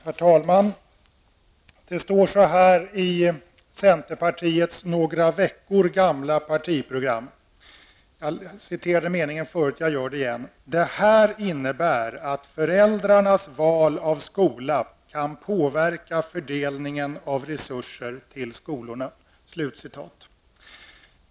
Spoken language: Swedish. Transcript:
Herr talman! Det står så här i centerns några veckor gamla partiprogram: ''Det här innebär att föräldrarnas val av skola kan påverka fördelningen av resurser till skolorna.''